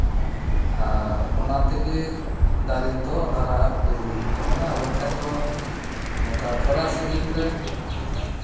ᱟᱨ ᱚᱱᱟ ᱛᱮᱜᱮ ᱫᱟᱨᱮ ᱫᱚ ᱦᱟᱨᱟᱼᱵᱩᱨᱩᱭ ᱦᱩᱭᱩᱜ ᱛᱟᱵᱳᱱᱟ ᱟᱨ ᱵᱟᱝᱠᱷᱟᱱ ᱫᱚ ᱱᱚᱝᱠᱟ ᱠᱷᱚᱨᱟ ᱥᱤᱡᱤᱱ ᱨᱮ